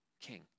king